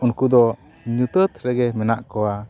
ᱩᱱᱠᱩ ᱫᱚ ᱧᱩᱛᱟᱹᱛ ᱨᱮᱜᱮ ᱢᱮᱱᱟᱜ ᱠᱚᱣᱟ